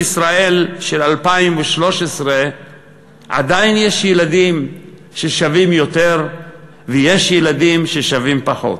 בישראל של 2013 עדיין יש ילדים ששווים יותר ויש ילדים ששווים פחות,